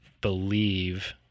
believe